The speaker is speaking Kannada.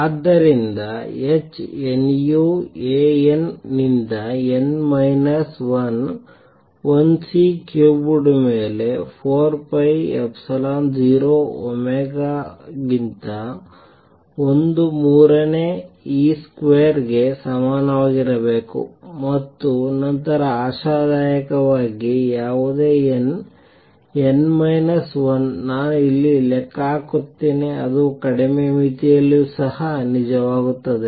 ಆದ್ದರಿಂದ h nu A n ನಿಂದ n ಮೈನಸ್ 1 1 C ಕ್ಯೂಬ್ಡ್ ಮೇಲೆ 4 pi ಎಪ್ಸಿಲಾನ್ 0 ಒಮೆಗಾ ಗಿಂತ 1 ಮೂರನೇ e ಸ್ಕ್ವೇರ್ ಗೆ ಸಮನಾಗಿರಬೇಕು ಮತ್ತು ನಂತರ ಆಶಾದಾಯಕವಾಗಿ ಯಾವುದೇ n n ಮೈನಸ್ 1 ನಾನು ಇಲ್ಲಿ ಲೆಕ್ಕ ಹಾಕುತ್ತೇನೆ ಅದು ಕಡಿಮೆ ಮಿತಿಯಲ್ಲಿಯೂ ಸಹ ನಿಜವಾಗುತ್ತದೆ